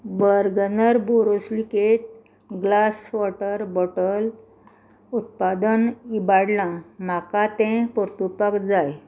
Bergner borosilicate glass water bottle उत्पादन इबाडलां म्हाका तें परतुपाक जाय